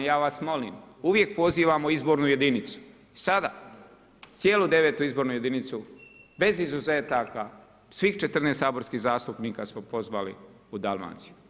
Ja vas molim uvijek pozivamo izbornu jedinicu, sada dijelu 9. izbornu jedinicu bez izuzetaka svih 14 saborskih zastupnika smo pozvali u Dalmaciju.